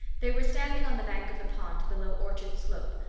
they were standing on the bank of the pond, below orchard slope,